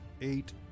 eight